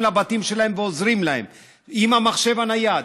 לבתים שלהם ועוזרים להם עם המחשב הנייד,